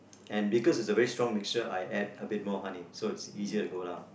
and because its a very strong mixture I add a bit more honey so it's easier to go down